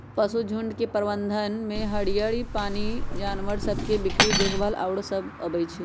पशुझुण्ड के प्रबंधन में हरियरी, पानी, जानवर सभ के बीक्री देखभाल आउरो सभ अबइ छै